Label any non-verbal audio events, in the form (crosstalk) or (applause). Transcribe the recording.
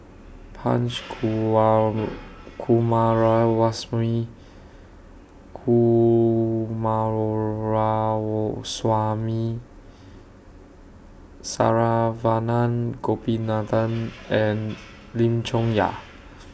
(noise) Punch (unintelligible) Coomaraswamy Saravanan Gopinathan and Lim Chong Yah